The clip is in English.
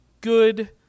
Good